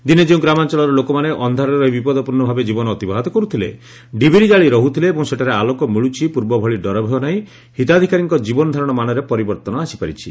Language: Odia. ଦିନେ ଯେଉଁ ଗ୍ରାମାଞଳର ଲୋକମାନେ ଅନ୍ଧାର ରହି ବିପଦପୂର୍ଷ ଭାବେ ଜୀବନ ଅତିବାହିତ କରୁଥିଲେ ଡିବିରି ଜାଳି ରହୁଥିଲେ ଏବେ ସେଠାରେ ଆଲୋକ ମିଳୁଛି ପୂର୍ବଭଳି ଡରଭୟ ନାହି ହିତାଧିକାରୀଙ୍କ ଜୀବନଧାରଣ ମାନରେ ପରିବର୍ଉନ ଆସିପାରିଛି